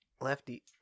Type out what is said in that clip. Lefty